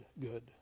good